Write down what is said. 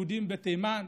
יהודים בתימן,